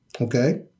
Okay